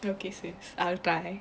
okay sis I'll try